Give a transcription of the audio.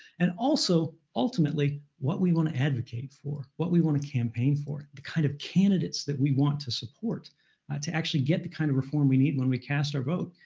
and also, ultimately, what we want to advocate for, what we want to campaign for, the kind of candidates that we want to support to actually get the kind of reform we need when we cast our vote.